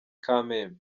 kamembe